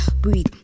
Breathe